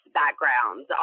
backgrounds